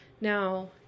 Now